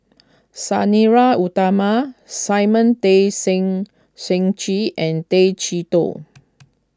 Sang Nila Utama Simon Tay Seng Seng Chee and Tay Chee Toh